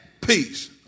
peace